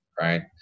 Right